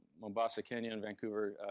mombasa, kenya, and vancouver,